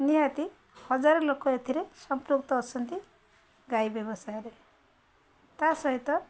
ନିହାତି ହଜାର ଲୋକ ଏଥିରେ ସମ୍ପୃକ୍ତ ଅଛନ୍ତି ଗାଈ ବ୍ୟବସାୟରେ ତା' ସହିତ